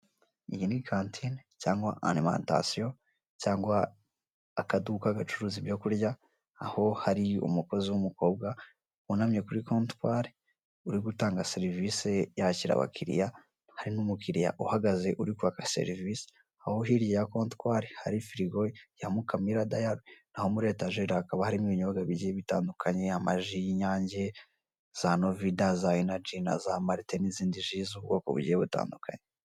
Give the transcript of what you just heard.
Iyi ni kantine cyangwa arimantasiyo cyangwa akaduka gacuruza ibyo kurya, aho hari umucuruzi w'umukobwa wunamye kuri kontwari urigutanga serivise yakira abakiriya, hari n'umukiriya uhagaze urikwaka serivise. Aho hirya ya kontwari hari firigo ya mukamira dayari, aho muri etajeri hakaba harimo ibinyobwa bigiye bitandukanye amaji y'inyange, za Novida, za energy naza marite n'izindi ji.